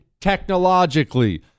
technologically